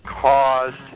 caused